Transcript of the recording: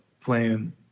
playing